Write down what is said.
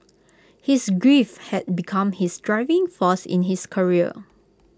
his grief had become his driving force in his career